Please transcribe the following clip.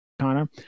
Connor